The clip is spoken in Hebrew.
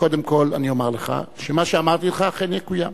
קודם אני אומר לך שמה שאמרתי לך אכן יקוים,